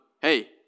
Hey